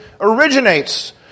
originates